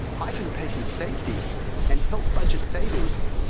heightened patient safety and health budget savings,